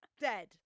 Dead